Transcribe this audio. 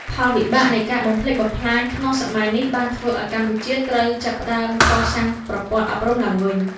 ផលវិបាកនៃការបំផ្លិចបំផ្លាញក្នុងសម័យនេះបានធ្វើឱ្យកម្ពុជាត្រូវចាប់ផ្ដើមកសាងប្រព័ន្ធអប់រំឡើងវិញ។